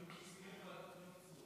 אני מציע את הוועדה לפניות הציבור.